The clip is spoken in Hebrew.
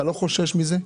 אתה לא חושש מזה?